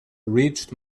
reached